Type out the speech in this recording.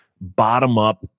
bottom-up